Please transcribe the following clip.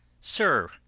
Sir